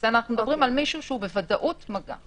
אנחנו מדברים על מישהו שהוא בוודאות מגע.